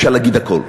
אפשר להגיד הכול.